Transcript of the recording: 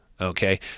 Okay